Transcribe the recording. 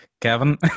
Kevin